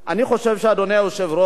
אני חושב, אדוני היושב-ראש,